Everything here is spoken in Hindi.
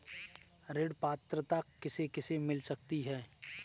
ऋण पात्रता किसे किसे मिल सकती है?